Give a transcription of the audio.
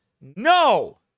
No